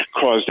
caused